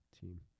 Team